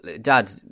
Dad